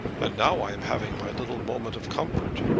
and now i am having my little moment of comfort!